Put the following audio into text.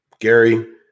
gary